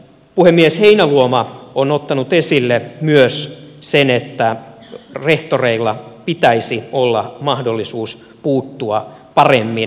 puhemies heinäluoma on ottanut esille myös sen että rehtoreilla pitäisi olla mahdollisuus puuttua paremmin koulurauhaongelmiin